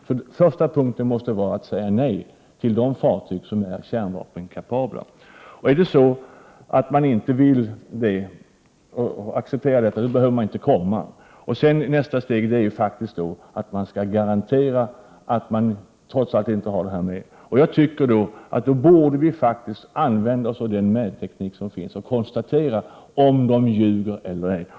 Den första punkten måste vara att säga nej till de fartyg som är kärnvapenkapabla. Accepteras inte detta behöver de inte komma. Nästa steg är att man från utländska fartygs sida skall garantera att man inte har kärnvapen ombord. Jag tycker att vi borde använda oss av den mätteknik som finns och konstatera om vederbörande ljuger eller ej.